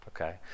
Okay